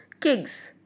kings